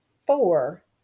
Four